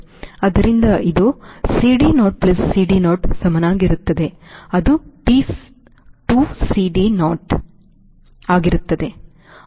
ಆದ್ದರಿಂದ ಇದು CDo plus CDo ಸಮನಾಗಿರುತ್ತದೆ ಅದು 2CDo ಸರಿ